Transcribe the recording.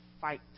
fight